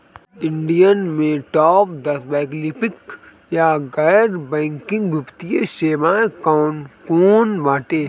India में top दस वैकल्पिक या गैर बैंकिंग वित्तीय सेवाएं कौन कोन बाटे?